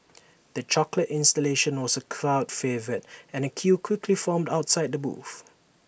the chocolate installation was A crowd favourite and A queue quickly formed outside the booth